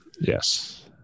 Yes